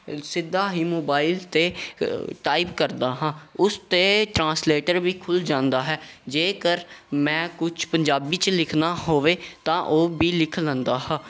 ਸਿੱਧਾ ਹੀ ਮੋਬਾਈਲ 'ਤੇ ਟਾਈਪ ਕਰਦਾ ਹਾਂ ਉਸ 'ਤੇ ਟਰਾਂਸਲੇਟਰ ਵੀ ਖੁੱਲ੍ਹ ਜਾਂਦਾ ਹੈ ਜੇਕਰ ਮੈਂ ਕੁਛ ਪੰਜਾਬੀ 'ਚ ਲਿਖਣਾ ਹੋਵੇ ਤਾਂ ਉਹ ਵੀ ਲਿਖ ਲੈਂਦਾ ਹਾਂ